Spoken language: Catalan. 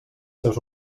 seus